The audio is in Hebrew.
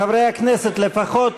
חברי הכנסת, לפחות